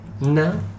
No